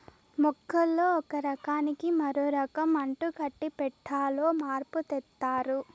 మొక్కల్లో ఒక రకానికి మరో రకం అంటుకట్టి పెట్టాలో మార్పు తెత్తారు